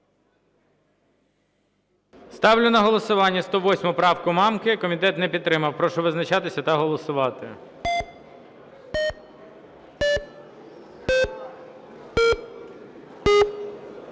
Ставлю на голосування 108 правку Мамки. Комітет не підтримав. Прошу визначатися та голосувати.